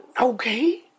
Okay